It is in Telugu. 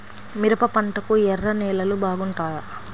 మిరప పంటకు ఎర్ర నేలలు బాగుంటాయా?